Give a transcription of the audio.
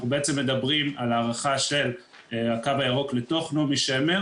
אנחנו בעצם מדברים על הארכה של הקו הירוק לתוך נעמי שמר